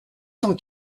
cent